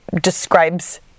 describes